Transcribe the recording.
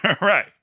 Right